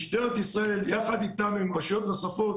משטרת ישראל יחד אתנו עם רשויות נוספות,